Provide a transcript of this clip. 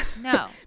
No